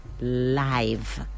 live